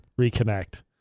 reconnect